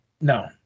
No